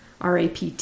rapt